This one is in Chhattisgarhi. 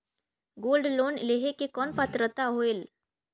गोल्ड लोन लेहे के कौन पात्रता होएल?